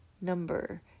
number